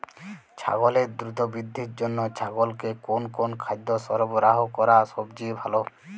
ছাগলের দ্রুত বৃদ্ধির জন্য ছাগলকে কোন কোন খাদ্য সরবরাহ করা সবচেয়ে ভালো?